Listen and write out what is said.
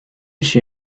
she